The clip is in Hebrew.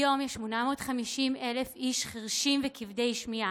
היום יש 850,000 איש חירשים וכבדי שמיעה.